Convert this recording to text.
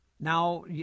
Now